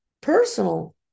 personal